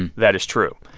and that is true.